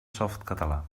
softcatalà